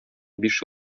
биш